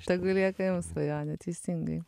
tegu lieka jums svajonė teisingai